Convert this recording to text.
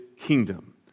kingdom